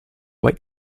white